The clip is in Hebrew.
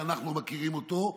שאנחנו מכירים אותו,